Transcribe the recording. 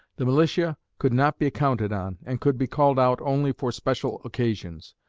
the militia could not be counted on and could be called out only for special occasions.